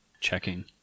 checking